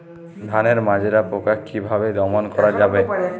ধানের মাজরা পোকা কি ভাবে দমন করা যাবে?